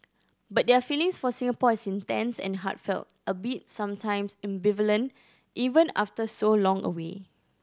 but their feelings for Singapore is intense and heartfelt albeit sometimes ambivalent even after so long away